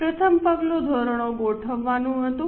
પ્રથમ પગલું ધોરણો ગોઠવવાનું હતું